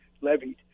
levied